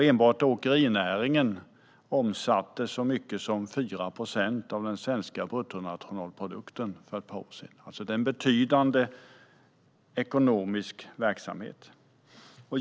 Enbart åkerinäringen omsatte så mycket som 4 procent av den svenska bruttonationalprodukten för ett par år sedan. Det är en betydande ekonomisk verksamhet.